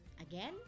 Again